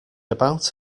about